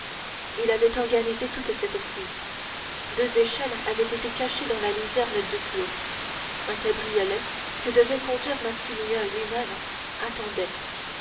il avait organisé toute cette fuite deux échelles avaient été cachées dans la luzerne du clos un cabriolet que devait conduire maximilien lui-même attendait